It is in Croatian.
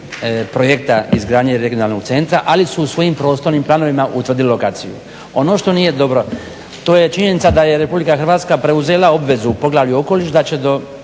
projekta izgradnje Regionalnog centra ali su u svojim prostornim planovima utvrdili lokaciju. Ono što nije dobro to je činjenica da je RH preuzela obvezu u Poglavlju – Okoliš da će do